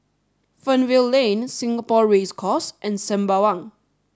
Fernvale Lane Singapore Race Course and Sembawang